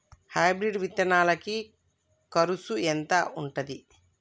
Hybrid విత్తనాలకి కరుసు ఎంత ఉంటది?